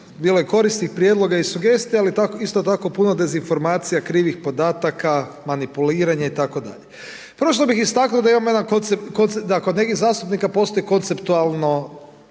Bilo je korisnih prijedloga i sugestija, ali isto tako puno dezinformacija, krivih podataka, manipuliranje itd. Prvo što bih istaknuo da imamo jedan, da kod nekih zastupnika postoji konceptualno